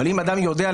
אבל אם אדם יודע,